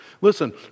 Listen